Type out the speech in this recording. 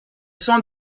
sont